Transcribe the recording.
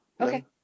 Okay